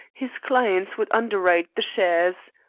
his clients would underwrite the shares.